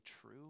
true